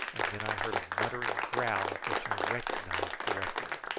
and then i heard a muttering growl which i recognised directly.